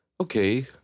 Okay